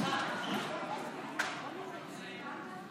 אנחנו עוברים להצבעה על ההסתייגות הבאה,